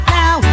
now